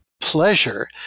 pleasure